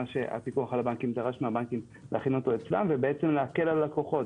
מה שהפיקוח על הבנקים דרש מהבנקים להכין אותו אצלם ולהקל על הלקוחות.